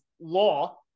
law